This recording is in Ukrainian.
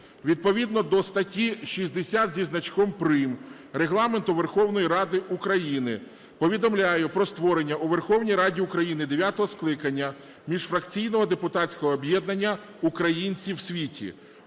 відповідно до статті 60 зі значком прим. Регламенту Верховної Ради України повідомляю про створення у Верховній Раді України дев'ятого скликання міжфракційного депутатського об'єднання "Українці в світі".